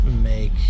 make